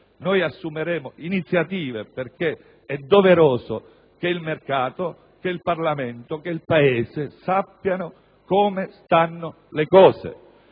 Noi assumeremo iniziative perché è doveroso che il mercato, il Parlamento, il Paese sappiano come stanno le cose